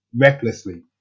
recklessly